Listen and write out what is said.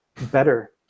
better